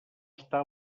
està